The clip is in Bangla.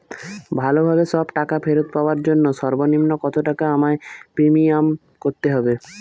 ভালোভাবে সব টাকা ফেরত পাওয়ার জন্য সর্বনিম্ন কতটাকা আমায় প্রিমিয়াম ভরতে হবে?